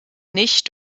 nicht